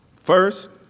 First